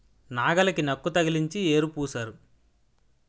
నాగలికి నక్కు తగిలించి యేరు పూశారు